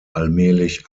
allmählich